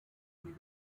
die